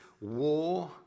war